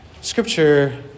scripture